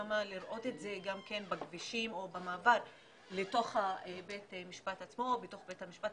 לראות את זה גם בכבישים או במעבר לתוך בית המשפט עצמו ובתוך בית המשפט,